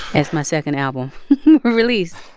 as my second album released.